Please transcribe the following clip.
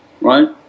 right